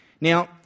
Now